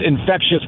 infectious